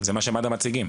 זה מה שמד"א מציגים.